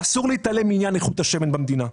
אסור להתעלם מעניין איכות השמן במדינה.